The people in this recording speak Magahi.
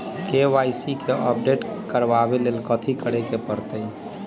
के.वाई.सी के अपडेट करवावेला कथि करें के परतई?